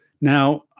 Now